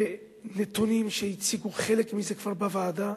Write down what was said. בנתונים שחלק מהם כבר הציגו בוועדה,